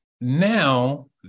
Now